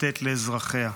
לתת לאזרחיה.